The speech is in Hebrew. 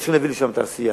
צריך להביא לשם תעשייה,